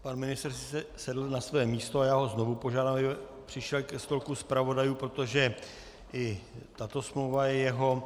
Pan ministr si sice sedl na své místo, ale já ho znovu požádám, aby přišel ke stolku zpravodajů, protože i tato smlouva je jeho.